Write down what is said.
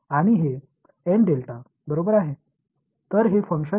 எனவே இந்த செயல்பாடு இங்கே 1 மற்றும் மற்ற இடங்களில் 0 ஆக உள்ளது